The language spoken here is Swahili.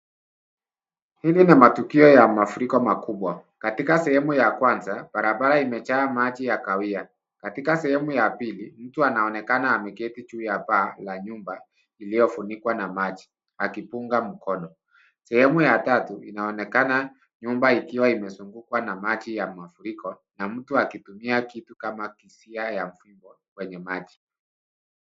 Hili ni matukio ya mafuriko makubwa. Katika sehemu ya kwanza, barabara imejaa maji ya kahawia. Katika sehemu ya pili, mtu anaonekana ameketi juu ya paa la nyumba iliyofunikwa na maji akipunga mkono. Sehemu ya tatu, inaonekana nyumba ikiwa imezunguka na maji ya mafuriko na mtu akitumia kitu kama kizia ya fimbo kwenye maji.